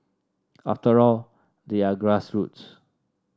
after all they are grassroots